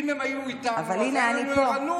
אם הם היו איתנו, הייתה לנו ערנות.